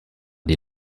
die